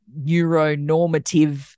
neuronormative